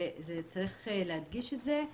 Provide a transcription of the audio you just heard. צריך להדגיש את זה.